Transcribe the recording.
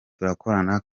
turakorana